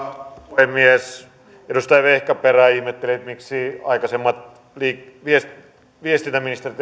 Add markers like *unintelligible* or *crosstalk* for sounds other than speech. puhemies edustaja vehkaperä ihmetteli miksi aikaisemmat viestintäministerit *unintelligible*